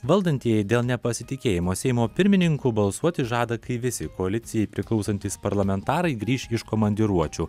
valdantieji dėl nepasitikėjimo seimo pirmininku balsuoti žada kai visi koalicijai priklausantys parlamentarai grįš iš komandiruočių